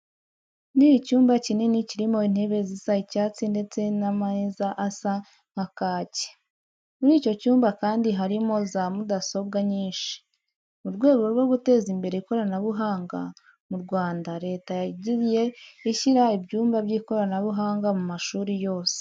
Ni icyumba kinini kirimo intebe zisa icyatsi ndetse n'ameza asa nka kake. Muri icyo cyumba kandi harimo za mudasobwa nyinshi. Mu rwego rwo guteza imbere ikoranabuhanga mu Rwanda Leta yagiye ishyira ibyumba by'ikoranabuhanga mu mashuri yose.